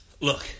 look